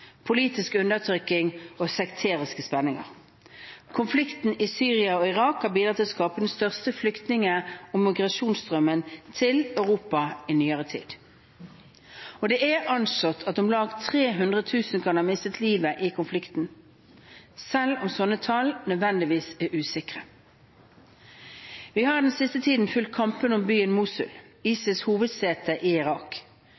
politisk undertrykking og sekteriske spenninger. Konfliktene i Syria og Irak har bidratt til å skape den største flyktning- og migrasjonsstrømmen til Europa i nyere tid. Det er anslått at om lag 300 000 kan ha mistet livet i konflikten. Slike tall er nødvendigvis usikre. Vi har den siste tiden fulgt kampen om byen Mosul, ISILs hovedsete i Irak.